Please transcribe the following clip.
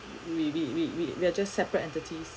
we we we we are just separate entities